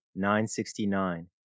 969